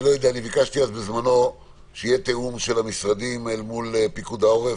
ביקשתי בזמנו שיהיה תיאום של המשרדים אל מול פיקוד העורף.